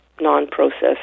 non-processed